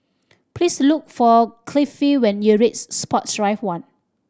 please look for Cliffie when you reach Sports Drive One